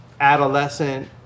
adolescent